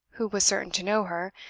who was certain to know her,